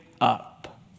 up